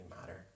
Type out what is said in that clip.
matter